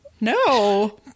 no